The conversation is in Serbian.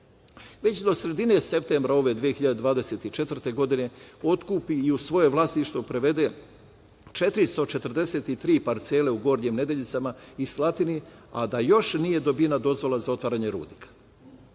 već do sredine septembra ove 2024. godine otkupi i u svoje vlasništvo prevede 443 parcele u Gornjim Nedeljicama i Slatini, a da još nije dobijena dozvola za otvaranje rudnika? To